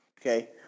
okay